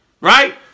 right